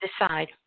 decide